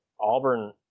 Auburn